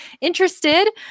interested